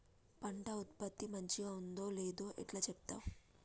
పంట ఉత్పత్తి మంచిగుందో లేదో ఎట్లా చెప్తవ్?